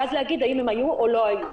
ואז להגיד האם הם היו או לא היו?